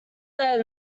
that